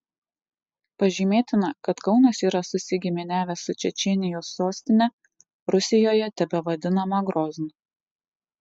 pažymėtina kad kaunas yra susigiminiavęs su čečėnijos sostine rusijoje tebevadinama groznu